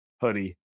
hoodie